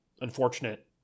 unfortunate